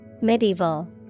Medieval